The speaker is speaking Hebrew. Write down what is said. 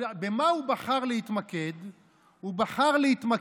הוא אחד.